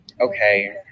okay